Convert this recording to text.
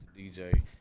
DJ